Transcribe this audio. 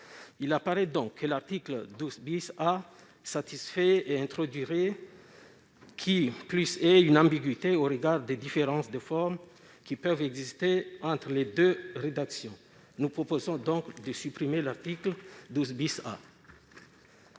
Il apparaît donc que l'article 12 A est satisfait et introduirait, qui plus est, une ambiguïté au regard des différences de forme qui peuvent exister entre les deux rédactions. Nous proposons donc de supprimer l'article 12 A.